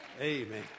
Amen